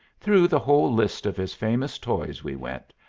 through the whole list of his famous toys we went,